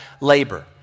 labor